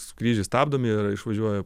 skrydžiai stabdomi ir išvažiuoja